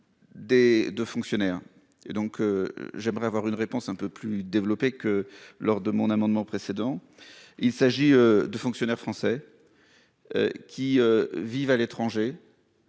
de fonctionnaires et donc. J'aimerais avoir une réponse un peu plus développé que lors de mon amendement précédent. Il s'agit de fonctionnaires français. Qui vivent à l'étranger.